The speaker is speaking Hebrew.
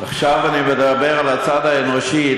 עכשיו אני מדבר על הצד האנושי.